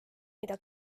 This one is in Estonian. mida